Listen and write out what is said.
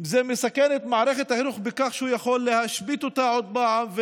את מערכת החינוך בכך שהוא יכול להשבית אותה עוד פעם,